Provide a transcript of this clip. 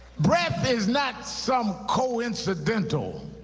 breath is not some coincidental